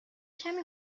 کمی